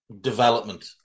development